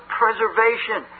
preservation